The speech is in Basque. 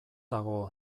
dago